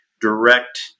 direct